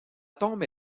tombe